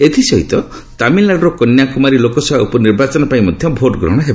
ଏଥିସହିତ ତାମିଲନାଡୁର କନ୍ୟାକୁମାରୀ ଲୋକସଭା ଉପନିର୍ବାଚନ ପାଇଁ ମଧ୍ୟ ଭୋଟ ଗହଣ ହେବ